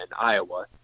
Iowa